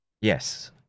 Yes